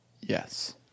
Yes